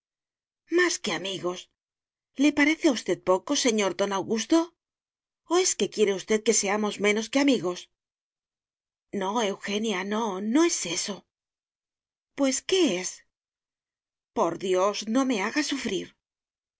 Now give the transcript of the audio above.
más que amigos le parece a usted poco señor don augusto o es que quiere usted que seamos menos que amigos no eugenia no no es eso pues qué es por dios no me haga sufrir